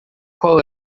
qual